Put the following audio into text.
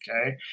okay